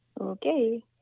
Okay